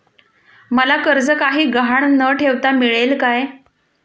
मला कर्ज काही गहाण न ठेवता मिळेल काय?